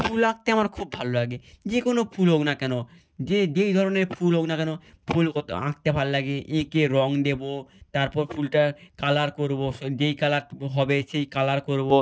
ফুল আঁকতে আমার খুব ভালো লাগে যে কোনো ফুল হোক না কেন যে যেই ধরনের ফুল হোক না কেন ফুল কতো আঁকতে ভাল লাগে এঁকে রঙ দেবো তারপর ফুলটা কালার করবো সো যেই কালার বো হবে সেই কালার করবো